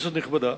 כנסת נכבדה,